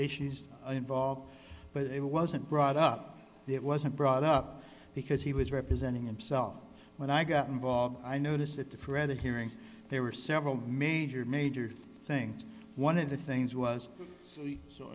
issues involved but it wasn't brought up it wasn't brought up because he was representing himself when i got involved i noticed that the threat of hearings there were several major major things one of the things was so